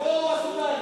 יבואו הסודנים.